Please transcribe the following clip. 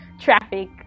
traffic